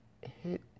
hit